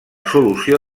solució